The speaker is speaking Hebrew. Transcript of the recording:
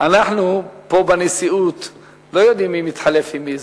אנחנו פה בנשיאות לא יודעים מי מתחלף עם מי.